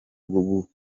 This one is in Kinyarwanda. bwo